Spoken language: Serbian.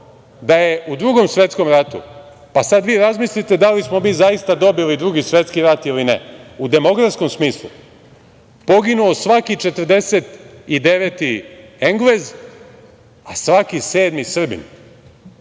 da je u Drugom svetskom ratu, pa sada vi razmislite da li smo mi zaista dobili Drugi svetski rat ili ne, u demografskom smislu, poginuo je svaki četrdeset i deveti Englez, a svaki sedmi Srbin.